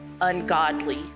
ungodly